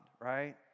right